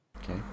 Okay